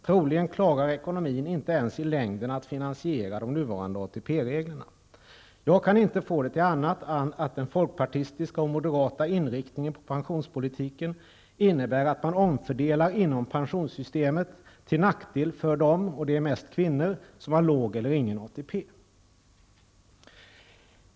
Troligen klarar inte ekonomin i längden att finansiera ens de nuvarande Jag kan inte se annat än att den folkpartistiska och moderata inriktningen när det gäller pensionspolitiken innebär att man omfördelar inom pensionssystemet till nackdel för dem -- mest kvinnor -- som har låg eller ingen ATP.